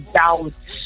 doubt